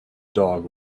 dog